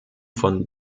von